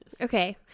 Okay